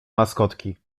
maskotki